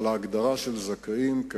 אבל ההגדרה של זכאים לשכר-דירה,